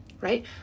right